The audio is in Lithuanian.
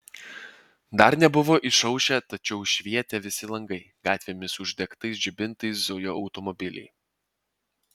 dar nebuvo išaušę tačiau švietė visi langai gatvėmis uždegtais žibintais zujo automobiliai